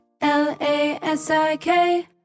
L-A-S-I-K